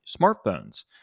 smartphones